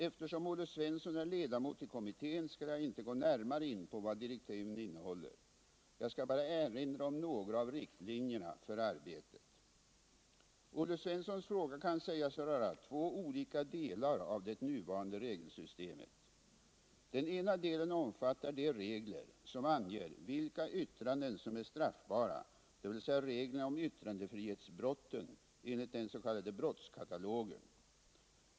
Eftersom Olle Svensson är ledamot i kommittén skall jag inte gå närmare in på vad direktiven innehåller. Jag skall bara erinra om några av riktlinjerna för arbetet. Olle Svenssons fråga kan sägas röra två olika delar av det nuvarande regelsystemet. Den ena delen omfattar de regler som anger vilka yttranden som är straffbara, dvs. reglerna om yttrandefrihetsbrotten enligt den s.k. brottskatalogen.